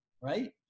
right